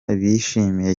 bishimiye